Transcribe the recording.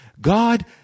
god